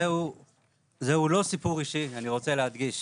זהו לא סיפור אישי, אני רוצה להדגיש,